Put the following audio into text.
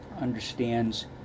understands